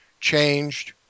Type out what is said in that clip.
changed